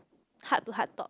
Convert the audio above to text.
heart to heart talk